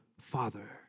Father